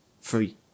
free